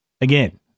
again